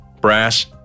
brass